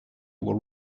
will